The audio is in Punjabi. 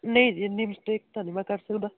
ਨਹੀਂ ਜੀ ਇੰਨੀ ਮਿਸਟੇਕ ਤਾਂ ਨਹੀਂ ਮੈਂ ਕਰ ਸਕਦਾ